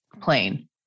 plane